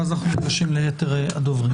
ואז אנחנו ניגשים ליתר הדוברים,